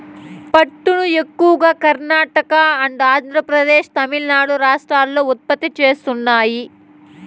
పట్టును ఎక్కువగా కర్ణాటక, ఆంద్రప్రదేశ్, తమిళనాడు రాష్ట్రాలు ఉత్పత్తి చేస్తున్నాయి